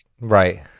right